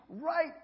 right